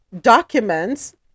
documents